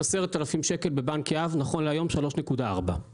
10,000 שקל בבנק יהב 3.4 נכון להיום.